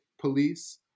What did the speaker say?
police